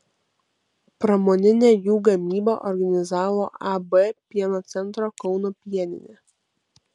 pramoninę jų gamybą organizavo ab pieno centro kauno pieninė